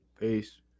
Peace